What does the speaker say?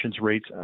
rates